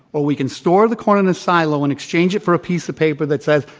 or we can store the corn in a silo and exchange it for a piece of paper that sa ys,